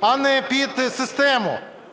а не під систему.